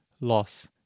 loss